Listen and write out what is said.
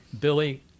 Billy